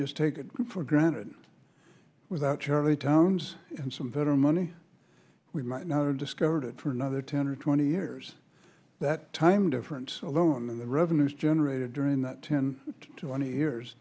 just take it for granted without charlie townes and some federal money we might not have discovered it for another ten or twenty years that time different alone than the revenues generated during that ten twenty years